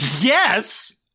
Yes